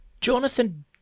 Jonathan